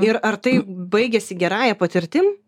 ir ar tai baigėsi gerąja patirtim